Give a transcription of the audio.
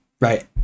right